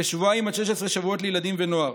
ושבועיים עד 16 שבועות לילדים ונוער.